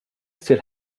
still